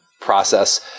process